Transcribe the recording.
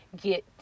get